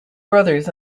brothers